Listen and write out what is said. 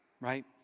right